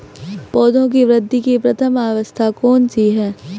पौधों की वृद्धि की प्रथम अवस्था कौन सी है?